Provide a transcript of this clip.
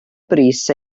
brys